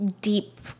deep